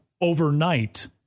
overnight